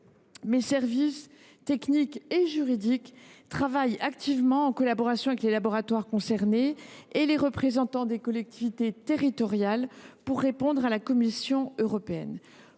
Mes services techniques et juridiques travaillent activement, en collaboration avec les laboratoires concernés et les représentants des collectivités territoriales, pour répondre à la Commission européenne.